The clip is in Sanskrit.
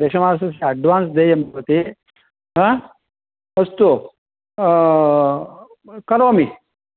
दशमासस्य अड्वान्स् देयं भवति हा अस्तु करोमि